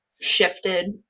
shifted